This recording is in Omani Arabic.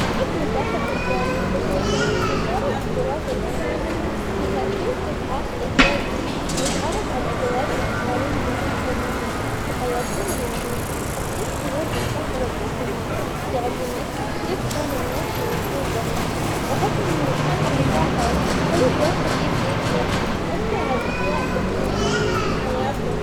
أحب متاحف التاريخ خصوصاً اللي تعرض التراث العماني بيها أشوف كيف عاش أجدادنا وأتعرف على الأدوات والأساليب اللي استخدموها في حياتهم اليومية تعطيك شعور بالفخر والانتماء وتعلمك كيف كان الناس يعيشون زمان، وأحس هالم- هالمتاحف حلتخلي الواحد يقدر أكثر عالأشياء البسيطة بحياته.